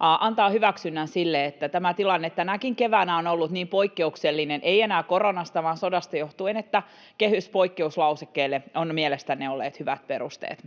antaa hyväksynnän sille, että tämä tilanne tänäkin keväänä on ollut niin poikkeuksellinen, ei enää koronasta vaan sodasta johtuen, että kehyspoikkeuslausekkeelle on mielestänne ollut hyvät perusteet.